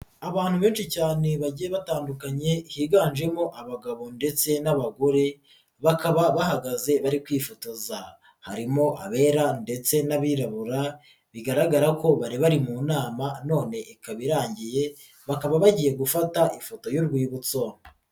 Abantu benshi cyane bagiye batandukanye higanjemo abagabo ndetse n'abagore, bakaba bahagaze bari kwifotoza harimo abera ndetse n'abirabura bigaragara ko bari bari mu nama none ikaba irangiye bakaba bagiye gufata ifoto y'urwibutso.